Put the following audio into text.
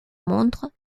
montre